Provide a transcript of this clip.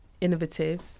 innovative